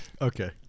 Okay